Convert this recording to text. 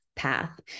path